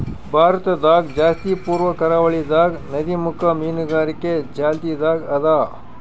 ಭಾರತದಾಗ್ ಜಾಸ್ತಿ ಪೂರ್ವ ಕರಾವಳಿದಾಗ್ ನದಿಮುಖ ಮೀನುಗಾರಿಕೆ ಚಾಲ್ತಿದಾಗ್ ಅದಾ